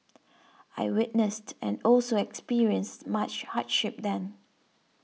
I witnessed and also experienced much hardship then